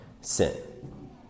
sin